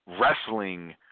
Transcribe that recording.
wrestling